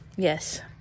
yes